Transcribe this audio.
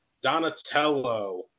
Donatello